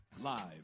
Live